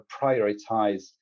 prioritize